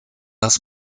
das